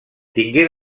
tingué